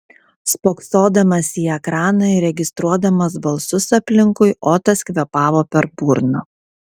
spoksodamas į ekraną ir registruodamas balsus aplinkui otas kvėpavo per burną